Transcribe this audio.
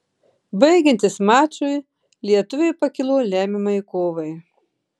baigiantis mačui lietuviai pakilo lemiamai kovai